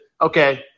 Okay